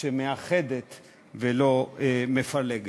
שמאחדת ולא מפלגת.